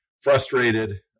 frustrated